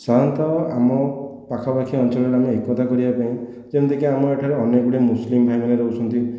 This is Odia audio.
ସାଧାରଣତଃ ଆମ ପାଖାପାଖି ଅଞ୍ଚଳରେ ଆମେ ଏକତା କରିବା ପାଇଁ ଯେମିତିକି ଆମର ଏଠାରେ ଅନେକ ଗୁଡ଼ିଏ ମୁସଲିମ ଭାଇମାନେ ରହୁଛନ୍ତି